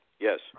yes